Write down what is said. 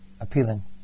appealing